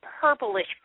purplish